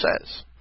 says